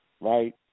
right